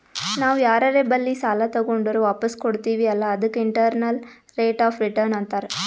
ನಾವ್ ಯಾರರೆ ಬಲ್ಲಿ ಸಾಲಾ ತಗೊಂಡುರ್ ವಾಪಸ್ ಕೊಡ್ತಿವ್ ಅಲ್ಲಾ ಅದಕ್ಕ ಇಂಟರ್ನಲ್ ರೇಟ್ ಆಫ್ ರಿಟರ್ನ್ ಅಂತಾರ್